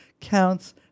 counts